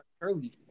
early